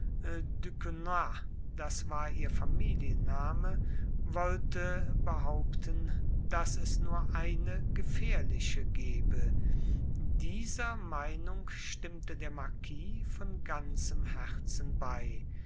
das war ihr familienname wollte behaupten daß es nur eine gefährliche gebe dieser meinung stimmte der marquis von ganzem herzen bei